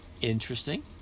interesting